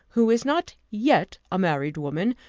who is not yet a married woman,